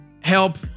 help